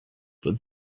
but